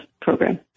program